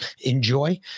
enjoy